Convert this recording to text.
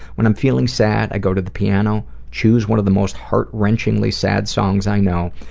when i'm feeling sad i go to the piano, choose one of the most heart-wrenchingly sad songs i know,